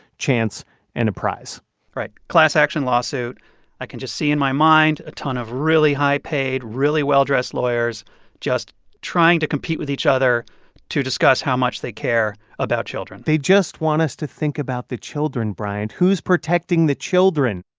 chance and a prize right, class-action lawsuit i can just see in my mind a ton of really high-paid, really well-dressed lawyers just trying to compete with each other to discuss how much they care about children they just want us to think about the children, bryant. who's protecting the children?